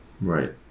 Right